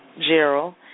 Gerald